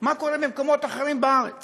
מה קורה במקומות אחרים בארץ